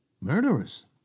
Murderers